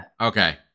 Okay